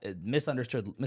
misunderstood